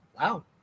wow